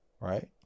right